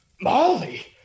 Molly